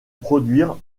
produire